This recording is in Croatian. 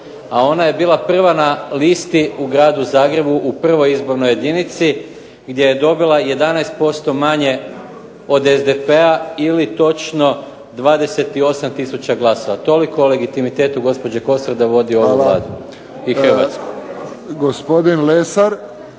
a ona je bila prva na listi u gradu Zagrebu u prvoj izbornoj jedinici gdje je dobila 11% manje od SDP-a ili točno 28 tisuća glasova. Toliko o legitimitetu gospođe Kosor da vodi ovu Vladu i Hrvatsku.